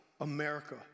America